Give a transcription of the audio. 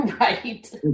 Right